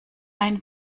ein